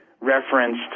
referenced